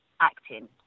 acting